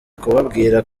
kubabwira